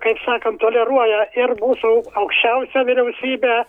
kaip sakant toleruoja ir mūsų aukščiausią vyriausybę